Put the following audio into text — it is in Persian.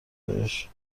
بهش